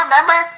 Remember